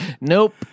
nope